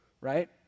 right